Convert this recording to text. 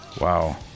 Wow